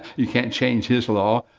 you can't change his law.